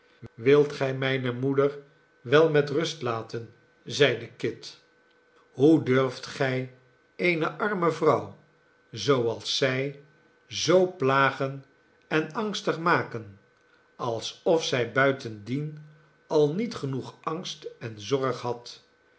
wilt gij mijne moeder wel met rustlaten zeide kit hoe durft gij eene arme vrouw zooals zij zoo plagen en angstig maken alsof zij buitendien al niet genoeg angst en zorg had